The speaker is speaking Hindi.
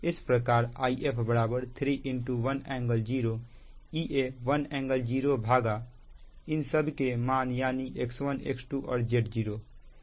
इस प्रकार If 3 1∟0 Ea 1∟0 भागा इन सब के मान यानी X1 X2 और Z0